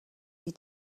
die